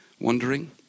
wondering